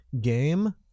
game